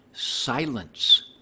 Silence